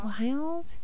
wild